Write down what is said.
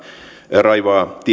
raivaa